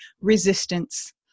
Resistance